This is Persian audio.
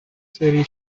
سری